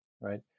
right